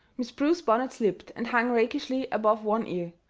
miss prue's bonnet slipped and hung rakishly above one ear.